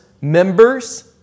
members